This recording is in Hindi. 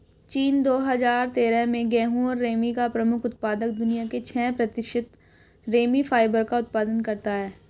चीन, दो हजार तेरह में गेहूं और रेमी का प्रमुख उत्पादक, दुनिया के छह प्रतिशत रेमी फाइबर का उत्पादन करता है